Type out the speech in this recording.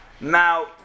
Now